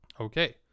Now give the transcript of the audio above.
Okay